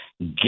get